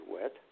wet